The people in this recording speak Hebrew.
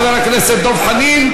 חבר הכנסת דב חנין,